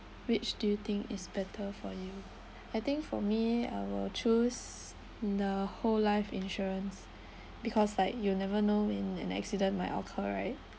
which do you think is better for you I think for me I will choose the whole life insurance because like you'll never know when an accident might occur right